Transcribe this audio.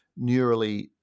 neurally